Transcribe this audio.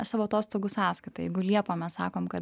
savo atostogų sąskaitai jeigu liepą mes sakom kad